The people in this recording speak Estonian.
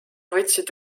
võtsid